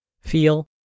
feel